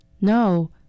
No